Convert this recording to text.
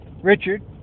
Richard